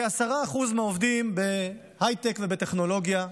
כ-10% מהעובדים הם בהייטק ובטכנולוגיה,